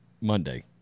Monday